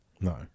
No